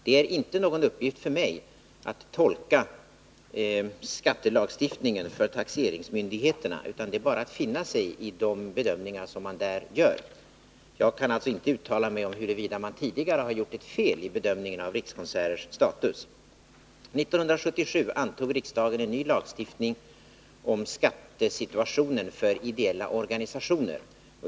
Det är inte någon uppgift för mig att tolka skattelagstiftningen för taxeringsmyndigheterna, utan det är bara att finna sig i de bedömningar man där gör. Jag kan alltså inte uttala mig om huruvida man tidigare har gjort ett fel i bedömningen av Rikskonserters status. 1977 antog riksdagen en ny lagstiftning om skattesituationen för ideella organisationer.